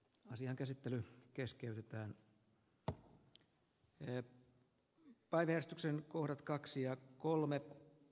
asian käsittely keskeytetään eid kaderistyksen kourat kaksi ja kolme